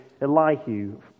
Elihu